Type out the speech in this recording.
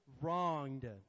wronged